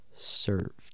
Served